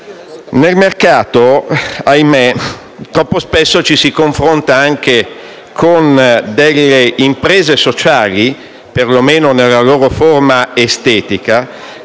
Nel mercato, ahimè, troppo spesso ci si confronta con delle imprese sociali, perlomeno nella loro forma estetica,